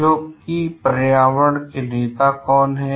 तो पर्यावरण के नेता कौन हैं